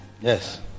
yes